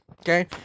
Okay